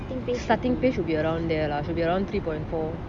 starting pay should be around there lah should be around three point four